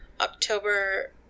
October